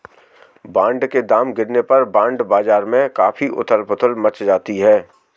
bond के दाम गिरने पर बॉन्ड बाजार में काफी उथल पुथल मच जाती है